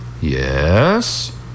Yes